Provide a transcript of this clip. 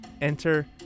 Enter